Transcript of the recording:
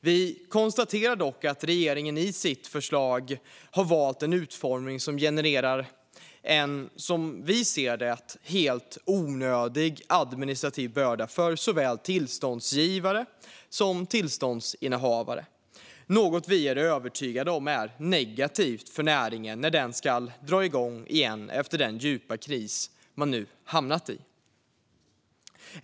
Vi konstaterar dock att regeringen i sitt förslag har valt en utformning som genererar en, som vi ser det, helt onödig administrativ börda för såväl tillståndsgivare som tillståndsinnehavare. Det är något vi är övertygade om är negativt för näringen när den ska dra igång igen efter den djupa kris den nu hamnat i.